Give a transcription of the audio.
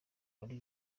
wari